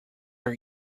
are